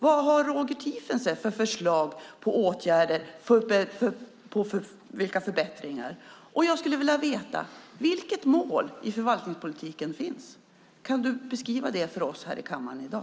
Vad har Roger Tiefensee för förslag på åtgärder och förbättringar? Jag skulle vilja veta vilket mål som finns i förvaltningspolitiken. Kan du beskriva det för oss här i kammaren i dag?